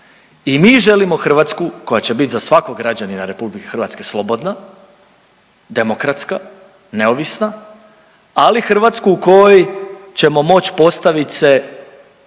i mi želimo Hrvatsku koja će biti za svakog građanina RH slobodna, demokratska, neovisna, ali Hrvatsku u kojoj ćemo moć postavit se